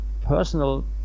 personal